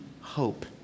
hope